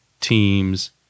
teams